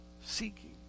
Seeking